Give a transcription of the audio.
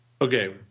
Okay